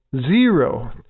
Zero